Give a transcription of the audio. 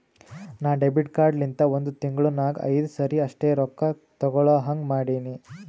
ನಾ debit card ಲಿಂತ ಒಂದ್ ತಿಂಗುಳ ನಾಗ್ ಐಯ್ದು ಸರಿ ಅಷ್ಟೇ ರೊಕ್ಕಾ ತೇಕೊಳಹಂಗ್ ಮಾಡಿನಿ